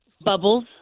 Bubbles